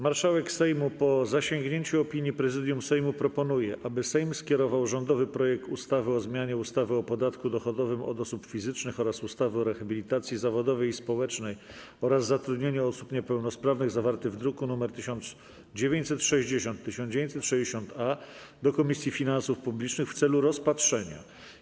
Marszałek Sejmu, po zasięgnięciu opinii Prezydium Sejmu, proponuje, aby Sejm skierował rządowy projekt ustawy o zmianie ustawy o podatku dochodowym od osób fizycznych oraz ustawy o rehabilitacji zawodowej i społecznej oraz zatrudnianiu osób niepełnosprawnych, zawarty w drukach nr 1960 i 1960-A, do Komisji Finansów Publicznych w celu rozpatrzenia.